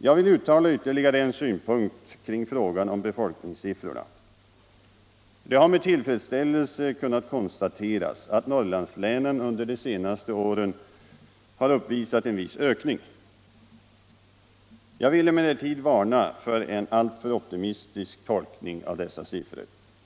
Sedan vill jag uttala ytterligare en synpunkt på frågan om befolkningssiffrorna. Det har med tillfredsställelse kunnat konstateras att Norrlandslänen under de senaste åren har uppvisat en viss ökning. Jag vill emellertid varna för en alltför optimistisk tolkning av dessa siffror.